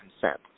consent